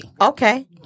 okay